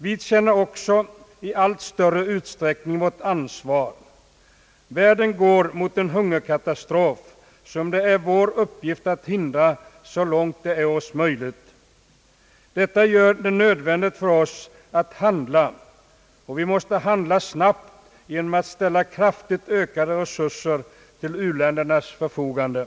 Vi känner också i allt större utsträckning vårt ansvar. Världen går mot en hungerkatastrof som det är vår uppgift att hindra så långt vi förmår. Detta gör det nödvändigt för oss att handla, och vi måste handla snabbt genom att ställa kraftigt ökade resurser till u-ländernas förfogande.